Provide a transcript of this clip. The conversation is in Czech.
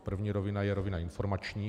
První rovina je rovina informační.